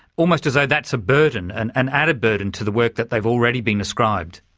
almost as ah that's a burden, and an added burden to the work that they've already been ascribed?